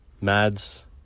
Mads